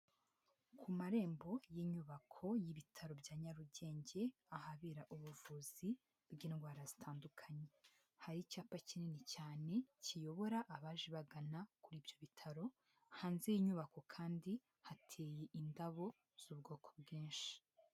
Ku marembo y'inyubako y'ibitaro bya Nyarugenge, ahabera ubuvuzi bw'indwara zitandukanye. Hari icyapa kinini cyane, kiyobora abaje bagana kuri ibyo bitaro, hanze y'inyubako kandi hateye indabo, z'ubwoko bwinshi.